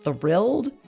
thrilled